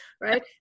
right